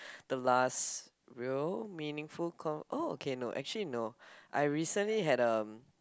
the last real meaningful con~ oh okay no actually no I recently had a